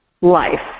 life